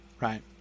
right